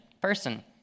person